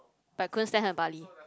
but I couldn't stand her barley